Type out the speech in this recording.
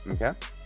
Okay